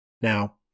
Now